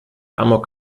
amok